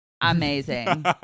amazing